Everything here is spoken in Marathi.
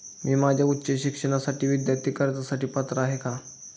मी माझ्या उच्च शिक्षणासाठी विद्यार्थी कर्जासाठी पात्र आहे का?